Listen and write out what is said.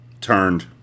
turned